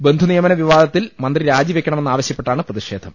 ബന്ധു നിയമന വിവാദത്തിൽ മന്ത്രി രാജിവെക്കണമെന്നാവശ്യപ്പെട്ടാണ് പ്രതിഷേ ധം